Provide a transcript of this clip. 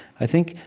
i think,